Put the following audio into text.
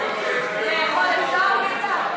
לאכול אפשר, ביטן?